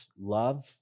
love